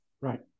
Right